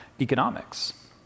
economics